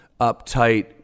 uptight